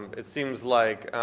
it seems like,